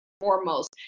foremost